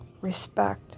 respect